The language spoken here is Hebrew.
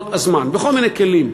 כל הזמן, בכל מיני כלים.